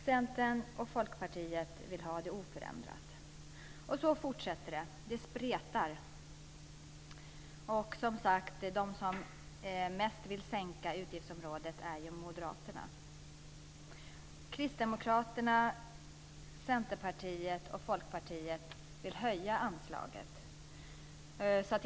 Centern och Folkpartiet vill ha det oförändrat. Så fortsätter det: Det spretar. De som mest vill minska utgiftsområdet är Moderaterna. Kristdemokraterna, Centerpartiet och Folkpartiet vill höja anslaget.